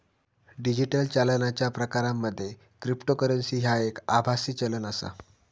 digital चालनाच्या प्रकारांमध्ये cryptocurrency ह्या एक आभासी चलन आसा